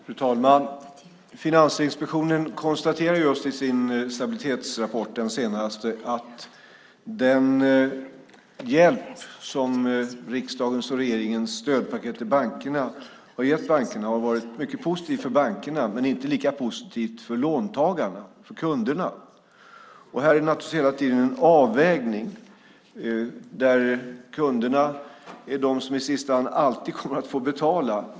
Fru talman! Finansinspektionen konstaterar just i sin senaste stabilitetsrapport att den hjälp som riksdagens och regeringens stödpaket till bankerna har gett bankerna har varit mycket positivt för bankerna men inte lika positivt för låntagarna och kunderna. Det är naturligtvis hela tiden en avvägning där kunderna är de som i sista hand alltid kommer att få betala.